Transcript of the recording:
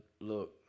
Look